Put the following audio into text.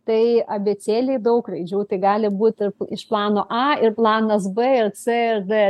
tai abėcėlėj daug raidžių tai gali būt ir iš plano a ir planas b ir c ir d